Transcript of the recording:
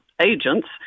agents